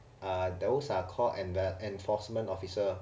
uh those are called and the enforcement officer